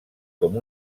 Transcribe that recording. com